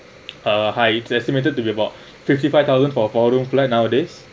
uh high it estimated to be about fifty five thousand four room flat nowadays